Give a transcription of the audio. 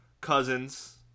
Cousins